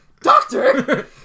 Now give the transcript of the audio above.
Doctor